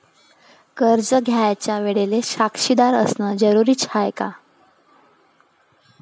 कर्ज घ्यायच्या वेळेले साक्षीदार असनं जरुरीच हाय का?